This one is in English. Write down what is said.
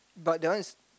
but that one is